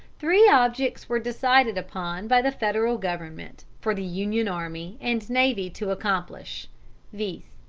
three objects were decided upon by the federal government for the union army and navy to accomplish viz,